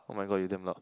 [oh]-my-god you damn loud